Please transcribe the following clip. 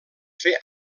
fer